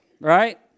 right